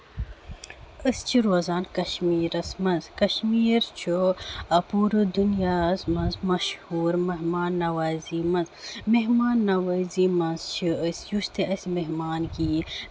أسۍ چھِ روزان کَشمیٖرَس منٛز کَشمیٖر چھُ پوٗرٕ دُنیاہَس منٛز مَشہوٗر میٚہمان نَوازی منٛز میٚہمان نَوٲزی منٛز چھِ أسۍ یُس تہِ أسۍ میٚہمان یِیہِ